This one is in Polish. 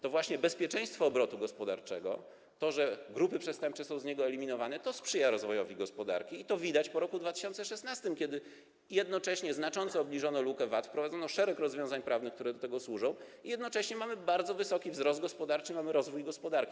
To właśnie bezpieczeństwo obrotu gospodarczego, to, że grupy przestępcze są z niego eliminowane, sprzyja rozwojowi gospodarki i to widać po roku 2016, kiedy jednocześnie znacząco obniżono lukę VAT, wprowadzono szereg rozwiązań prawnych, które do tego służą, i jednocześnie mamy bardzo wysoki wzrost gospodarczy, mamy rozwój gospodarki.